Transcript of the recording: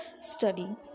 study